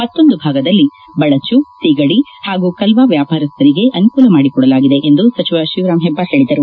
ಮತ್ತೊಂದು ಭಾಗದಲ್ಲಿ ಬಳಚು ಸಿಗಡಿ ಹಾಗೂ ಕಲ್ವಾ ವ್ಯಾಪಾರಸ್ದರಿಗೆ ಅನುಕೂಲ ಮಾಡಿ ಕೊಡಲಾಗಿದೆ ಎಂದು ಸಚಿವ ಶಿವರಾಮ್ ಹೆಬ್ಬಾರ್ ಹೇಳಿದರು